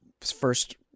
first